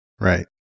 Right